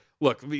look